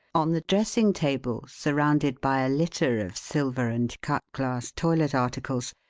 on the dressing-table, surrounded by a litter of silver and cut-glass toilet articles,